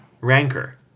Rancor